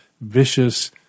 vicious